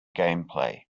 gameplay